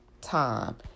time